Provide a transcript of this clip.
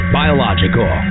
biological